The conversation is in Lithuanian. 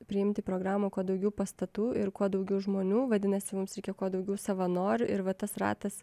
priimt į programą kuo daugiau pastatų ir kuo daugiau žmonių vadinasi mums reikia kuo daugiau savanorių ir va tas ratas